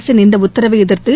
அரசின் இந்த உத்தரவை எதிர்த்து